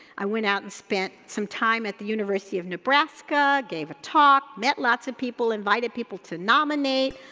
i went out and spent some time at the university of nebraska, gave a talk, met lots of people, invited people to nominate,